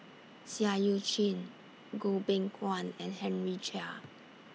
Seah EU Chin Goh Beng Kwan and Henry Chia